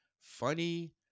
funny